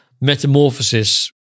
metamorphosis